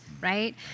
right